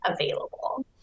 available